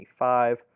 25